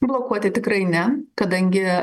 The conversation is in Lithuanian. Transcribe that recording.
blokuoti tikrai ne kadangi